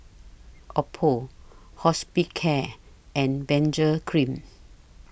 Oppo Hospicare and Benzac Cream